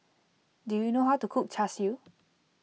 do you know how to cook Char Siu